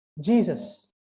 Jesus